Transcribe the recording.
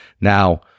Now